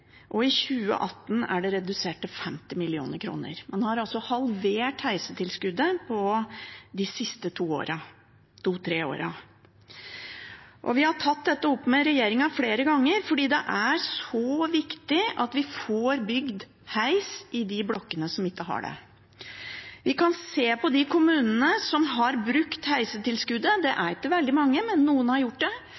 og i 2018 er det redusert til 50 mill. kr. Man har altså halvert heistilskuddet i løpet av de siste to–tre årene. Vi har tatt dette opp med regjeringen flere ganger, for det er så viktig at vi får bygd heis i de blokkene som ikke har det. Vi kan se på de kommunene som har brukt heistilskuddet – det er